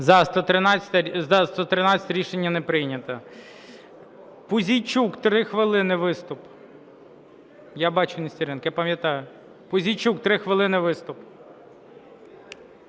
За-113 Рішення не прийнято. Пузійчук. Три хвилини виступ. Я бачу, Нестеренко. Я пам'ятаю. Пузійчук, три хвилини виступ.